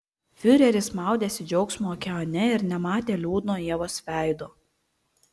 fiureris maudėsi džiaugsmo okeane ir nematė liūdno ievos veido